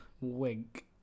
Wink